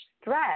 stress